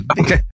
Okay